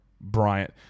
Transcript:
Bryant